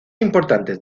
importantes